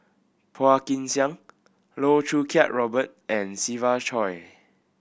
Phua Kin Siang Loh Choo Kiat Robert and Siva Choy